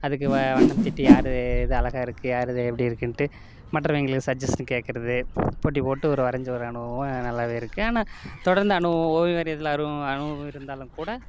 அதுக்கு வ வண்ணம் தீட்டி யார் இது அழகாயிருக்கு யார் இது எப்படி இருக்குதுன்ட்டு மற்றவங்களுக்கு சஜெஸ்டிங் கேட்குறது போட்டி போட்டு ஒரு வரைஞ்ச ஒரு அனுபவம் நல்லாவே இருக்குது ஆனால் தொடர்ந்து அனுபவம் ஓவியம் வரையிறதில் அனுபவம் அனுபவம் இருந்தாலும் கூட